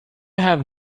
have